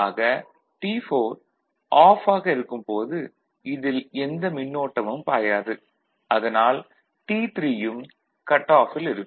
ஆக T4 off ஆக இருக்கும் போது இதில் எந்த மின்னோட்டமும் பாயாது அதனால் T3 யும் கட் ஆஃப் -ல் இருக்கும்